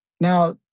Now